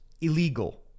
illegal